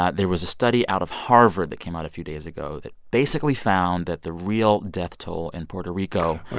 there was a study out of harvard that came out a few days ago that basically found that the real death toll in puerto rico. yeah.